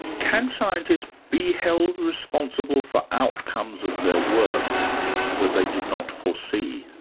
can scientists be held responsible for outcomes of their work that they did not foresee?